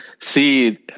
see